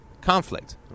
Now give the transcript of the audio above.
conflict